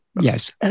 Yes